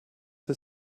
für